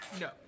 No